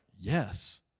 yes